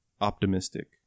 optimistic